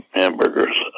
hamburgers